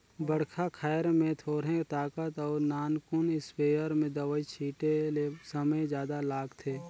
बड़खा खायर में थोरहें ताकत अउ नानकुन इस्पेयर में दवई छिटे ले समे जादा लागथे